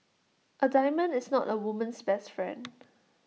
A diamond is not A woman's best friend